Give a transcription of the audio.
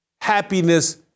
happiness